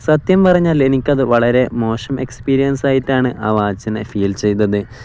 സത്യം പറഞ്ഞാല് എനിക്കത് വളരെ മോശം എക്സ്പീരിയൻസ് ആയിട്ടാണ് ആ വാച്ചിനെ ഫീൽ ചെയ്തത്